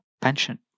pension